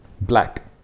black